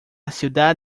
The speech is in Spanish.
ciudad